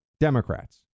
Democrats